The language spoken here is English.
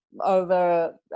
over